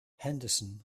henderson